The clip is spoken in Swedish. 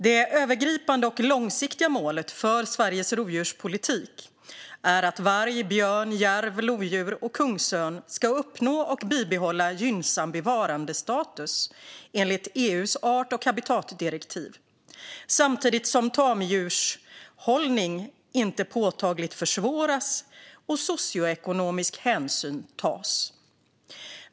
Det övergripande och långsiktiga målet för Sveriges rovdjurspolitik är att varg, björn, järv, lodjur och kungsörn ska uppnå och bibehålla gynnsam bevarandestatus enligt EU:s art och habitatdirektiv samtidigt som tamdjurshållning inte påtagligt försvåras och socioekonomisk hänsyn tas.